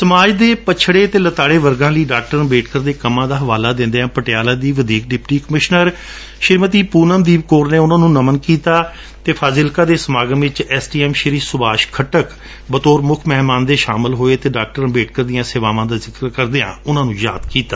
ਸਮਾਜ ਦੇ ਪੱਛੜੇ ਅਤੇ ਲਤਾੜੇ ਵਰਗਾ ਲਈ ਡਾ ਅੰਬੇਡਕਰ ਦੇ ਕੰਮਾ ਦਾ ਹਵਾਲਾ ਦਿੰਦਿਆਂ ਪਟਿਆਲਾ ਦੀ ਵਧੀਕ ਡਿਪਟੀ ਕਮਿਸ਼ਨਰ ਸ਼ੀਮਤੀ ਪੁਨਮਦੀਪ ਕੌਰ ਨੇ ਉਨੁਾਂ ਨੰ ਨਮਨ ਕੀਤਾ ਜਦਕਿ ਫਾਜ਼ਿਲਕਾ ਦੇ ਸਮਾਗਮ ਵਿਚ S D M Subhash Khattak ਬਤੌਰ ਮੁਖ ਮਹਿਮਾਨ ਸ਼ਾਮਲ ਹੋਏ ਅਤੇ ਡਾ ਅੰਬੇਡਕਰ ਦੀਆਂ ਸੇਵਾਵਾਂ ਦਾ ਜ਼ਿਕਰ ਕਰਦਿਆਂ ਉਨਾਂ ਨੂੰ ਯਾਦ ਕੀਤਾ